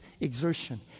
exertion